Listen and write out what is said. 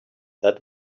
that